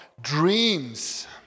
Dreams